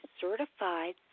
certified